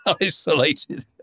isolated